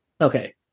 Okay